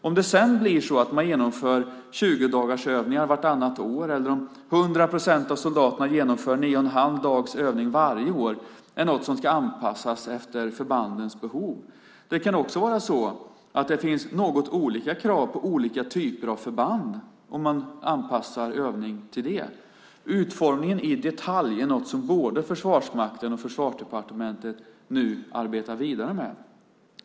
Om det sedan blir 20-dagarsövningar vartannat år eller om 100 procent av soldaterna genomför nio och en halv dags övning varje år är något som ska anpassas efter förbandens behov. Det kan också vara så att det finns något olika krav på olika typer av förband, om man anpassar övningar till det. Utformningen i detalj är något som både Försvarsmakten och Försvarsdepartementet arbetar vidare med.